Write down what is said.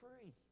free